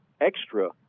extra